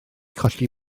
colli